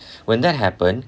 when that happened